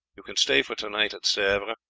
you can stay for to-night at sevres,